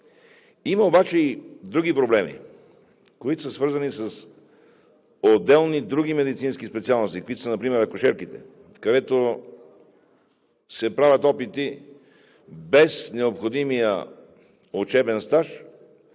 Има обаче и други проблеми, които са свързани с отделни други медицински специалности, каквито са например акушерките, където се правят опити без необходимия учебен стаж